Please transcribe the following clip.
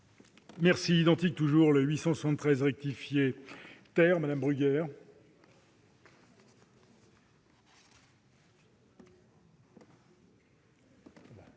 Merci,